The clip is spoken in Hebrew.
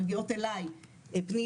מגיעות אלי פניות,